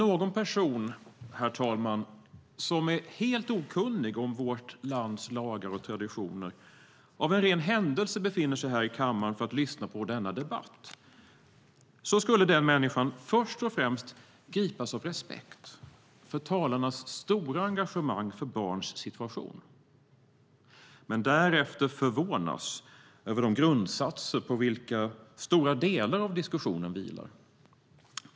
Herr talman! Om någon som är helt okunnig om vårt lands lagar och traditioner av en ren händelse befann sig i kammaren för att lyssna på denna debatt skulle den personen först och främst gripas av respekt för talarnas stora engagemang för barns situation men därefter förvånas över de grundsatser på vilka stora delar av diskussionen vilar.